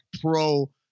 pro